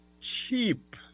Cheap